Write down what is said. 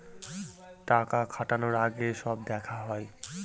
টাকা খাটানোর আগে সব দেখা হয়